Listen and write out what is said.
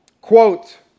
quote